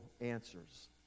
answers